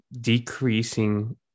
decreasing